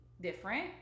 different